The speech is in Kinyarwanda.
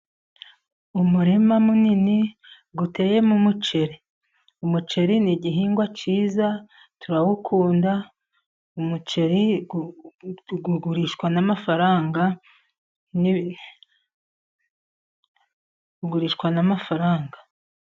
Umurima munini uteyemo umuceri, umuceri ni igihingwa cyiza turawukunda umuceri ugurishwa n'amafaranga.